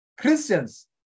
Christians